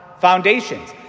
foundations